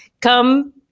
come